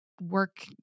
work